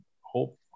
hope